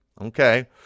Okay